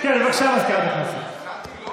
בבקשה, מזכירת הכנסת.